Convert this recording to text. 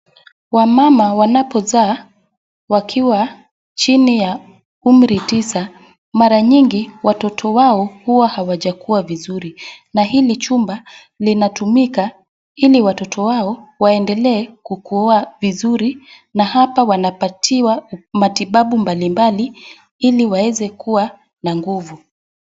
Wamama wanapozaa wakiwa chini ya umri tisa, mara nyingi watoto wao huwa hawajakua vizuri, na hili chumba linatumika ili watoto wao waendelee kukua vizuri na hapa wanapatiwa matibabu mbalimbali ili waweze kuwa na nguvu.